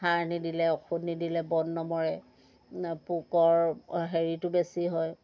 সাৰ নিদিলে ঔষধ নিদিলে বন নমৰে পোকৰ হেৰিটো বেছি হয়